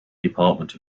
department